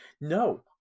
no